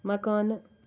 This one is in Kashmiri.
مکانہٕ